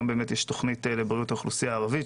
היום יש תוכנית לבריאות האוכלוסייה הערבית,